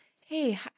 Hey